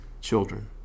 children